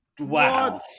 Wow